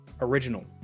original